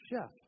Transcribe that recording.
chef